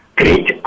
great